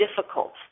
difficult